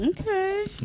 Okay